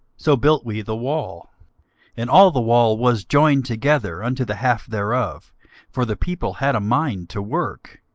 so built we the wall and all the wall was joined together unto the half thereof for the people had a mind to work.